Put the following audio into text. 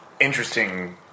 interesting